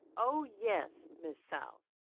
oh, yes, miss south,